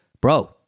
Bro